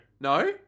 No